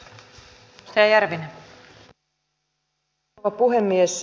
arvoisa rouva puhemies